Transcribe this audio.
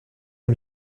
est